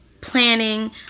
planning